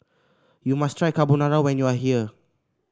you must try Carbonara when you are here